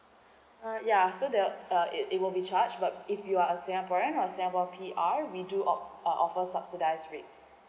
uh ya so the uh it it will be charge but if you are a singaporean or singapore P_R we do o~ uh offer subsidise rates